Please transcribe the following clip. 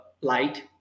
light